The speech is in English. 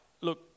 Look